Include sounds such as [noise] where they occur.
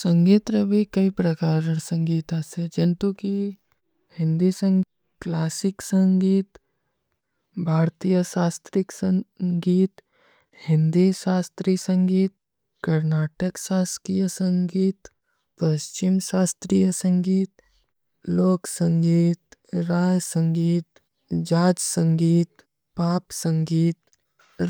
ସଂଗୀତ ରଭୀ କଈ ପ୍ରଗାର ସଂଗୀତ ଅସେ ଜଂଟୂ କୀ ହିଂଦୀ ସଂଗୀତ, କ୍ଲାସିକ ସଂଗୀତ, ବାର୍ଥିଯ ସାସ୍ଥ୍ରିକ [hesitation] ସଂଗୀତ, ହିଂଦୀ ସାସ୍ଥ୍ରୀ ସଂଗୀତ, କର୍ନାଟକ ସାସ୍ଥ୍ରୀ ସଂଗୀତ, ଵସ୍ଚିମ ସାସ୍ଥ୍ରୀ ସଂଗୀତ, ଲୋକ ସଂଗୀତ, ରାଜ ସଂଗୀତ, ଜାଜ ସଂଗୀତ, ପାପ ସଂଗୀତ,